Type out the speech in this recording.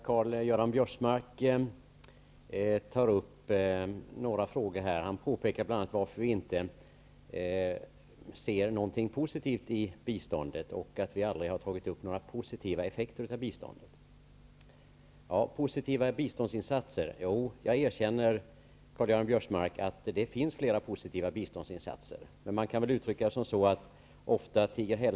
Herr talman! Karl-Göran Biörsmark undrar bl.a. varför vi inte ser något positivt i biståndet och påpekar att vi aldrig tagit upp några positiva effekter av biståndet. Jag erkänner, Karl-Göran Biörsmark, att det finns flera positiva biståndsinsatser. Men det kan väl uttryckas som så att hälsan ofta tiger still.